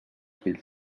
fills